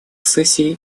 сессий